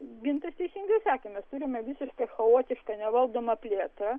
gintas teisingai sakė mes turime visiškai chaotišką nevaldomą plėtrą